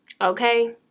Okay